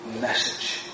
message